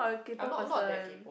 I'm not not a that game